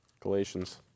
Galatians